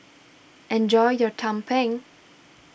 enjoy your Tumpeng